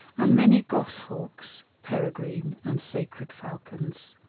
and many goshawks, peregrine, and sacred falcons.